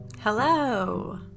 Hello